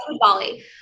Bali